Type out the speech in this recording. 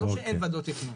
זה לא שאין ועדות תכנון.